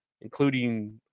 including